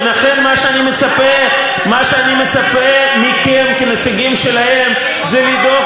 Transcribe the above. ולכן מה שאני מצפה מכם כנציגים שלהם זה לדאוג